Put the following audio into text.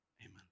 Amen